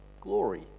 glory